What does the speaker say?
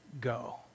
go